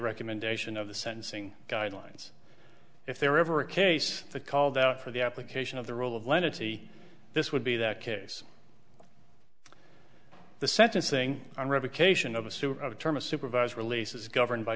recommendation of the sentencing guidelines if there ever a case called out for the application of the rule of lenity this would be that case the sentencing on revocation of a suit of a term a supervised release is governed by